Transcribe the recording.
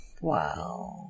Wow